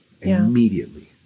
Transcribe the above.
immediately